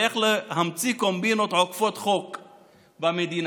איך להמציא קומבינות עוקפות חוק במדינה,